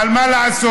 אבל מה לעשות,